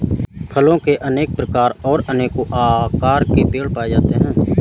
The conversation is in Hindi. फलों के अनेक प्रकार और अनेको आकार के पेड़ पाए जाते है